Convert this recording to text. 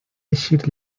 eixir